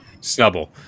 Snubble